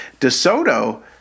DeSoto